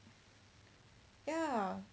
ya